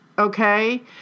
Okay